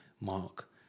mark